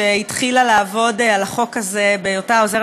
שהתחילה לעבוד על החוק הזה בהיותה העוזרת